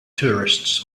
tourists